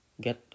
get